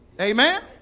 Amen